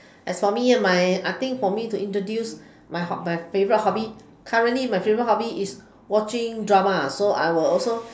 as for me and my I think for me to introduce my hob~ my favourite hobby currently my favourite hobby is watching drama so I will also